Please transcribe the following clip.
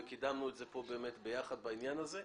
וקידמנו את זה פה באמת ביחד בעניין הזה,